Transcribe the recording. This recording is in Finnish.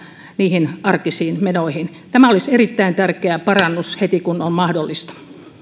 niihin arkisiin menoihin tämä olisi erittäin tärkeä parannus heti kun on mahdollista